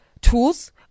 tools